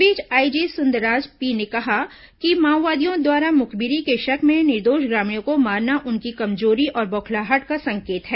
इस बीच IG Sundarraj P ने कहा है कि माओवादियों द्वारा मुखबिरी के शक में निर्दोष ग्रामीणों को मारना उनकी कमजोरी और बोखलाहट का संकेत है